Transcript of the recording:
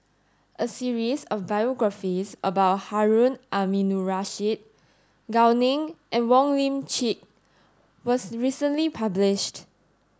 a series of biographies about Harun Aminurrashid Gao Ning and Wong Lip Chin was recently published